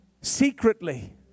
Secretly